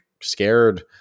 scared